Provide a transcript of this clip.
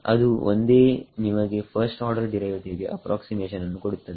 ಅದು ಒಂದೇ ನಿಮಗೆ ಫರ್ಸ್ಟ್ ಆರ್ಡರ್ ಡಿರೈವೇಟಿವ್ ಗೆ ಅಪ್ರಾಕ್ಸಿಮೇಷನ್ ಅನ್ನು ಕೊಡುತ್ತದೆ